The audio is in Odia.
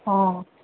ହଁ